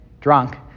drunk